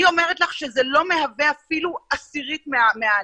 אני אומרת לך שזה לא מהווה אפילו עשירית מהענף.